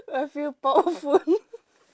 I feel powerful